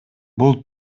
бул